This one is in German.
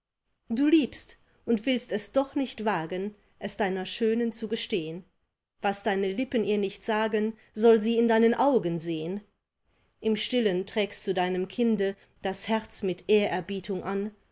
du liebst und willst es doch nicht wagen es deiner schönen zu gestehn was deine lippen ihr nicht sagen soll sie in deinen augen sehn im stillen trägst du deinem kinde das herz mit ehrerbietung an